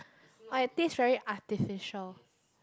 uh it taste very artificial